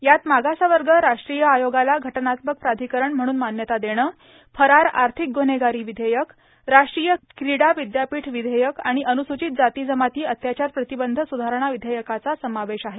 यात मागासवर्ग राष्ट्रीय आयोगाला घटनात्मक प्राधिकरण म्हणून मान्यता देणं फरार आर्थिक ग्रब्हेगारी विधेयक राष्ट्रीय क्रीडा विद्यापीठ विधेयक आणि अनुसूचित जाती जमाती अत्याचार प्रतिबंध सुधारणा विधेयकाचा समावेश आहे